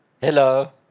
Hello